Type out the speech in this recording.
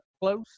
close